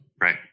Right